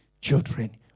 children